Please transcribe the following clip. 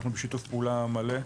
אנחנו בשיתוף פעולה מלא.